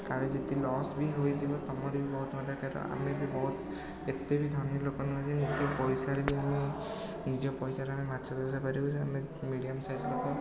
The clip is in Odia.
କାଳେ ଯଦି ଲସ୍ ବି ହୋଇଯିବ ତୁମର ବି ବହୁତ ମାତ୍ରାରେ ତା'ର ଆମେ ବହୁତ ଏତେ ବି ଧନୀ ଲୋକ ନୁହେଁ ଯେ ନିଜେ ପଇସାରେ ବି ଆମେ ନିଜ ପଇସାରେ ଆମେ ମାଛ ଚାଷ କରିବୁ ଆମେ ମିଡ଼ିୟମ ସାଇଜ ଲୋକ